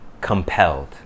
compelled